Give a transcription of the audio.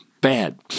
bad